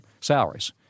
salaries